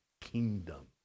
kingdom